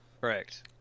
Correct